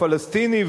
הפלסטיני,